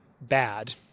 bad